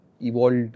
evolved